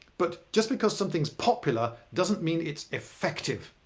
but just because something's popular doesn't mean it's effective.